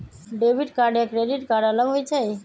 Debit card या credit card अलग होईछ ई?